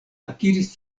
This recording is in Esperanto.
akiris